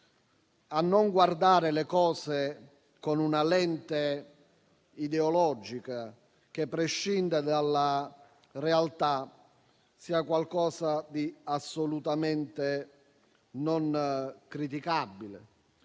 a non guardare le cose con una lente ideologica, che prescinda dalla realtà, sia qualcosa di assolutamente non criticabile.